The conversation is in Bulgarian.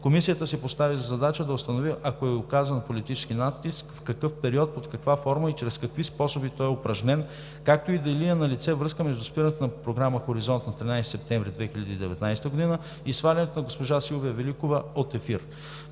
Комисията си постави за задача да установи, ако е оказван политически натиск, в какъв период, под каква форма и чрез какви способи той е упражнен, както и дали е налице връзка между спирането на програма „Хоризонт“ на 13 септември 2019 г. и свалянето на госпожа Силвия Великова от ефир.